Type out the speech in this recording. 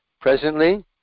Presently